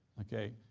okay?